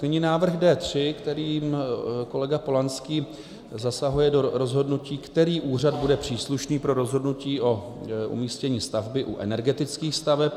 Nyní návrh D3, kterým kolega Polanský zasahuje do rozhodnutí, který úřad bude příslušný pro rozhodnutí o umístění stavby u energetických staveb.